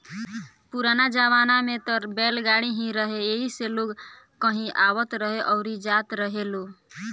पुराना जमाना में त बैलगाड़ी ही रहे एही से लोग कहीं आवत रहे अउरी जात रहेलो